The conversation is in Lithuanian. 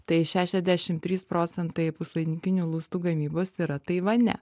tai šešiasdešimt trys procentai puslaidininkinių lustų gamybos yra taivane